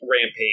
Rampage